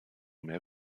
mehr